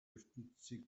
ертөнцийг